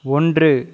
ஒன்று